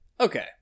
okay